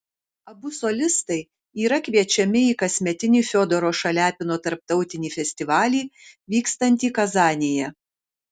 abu solistai yra kviečiami į kasmetinį fiodoro šaliapino tarptautinį festivalį vykstantį kazanėje